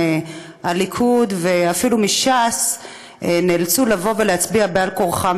מהליכוד ואפילו מש"ס נאלצו לבוא ולהצביע בעל כורחם.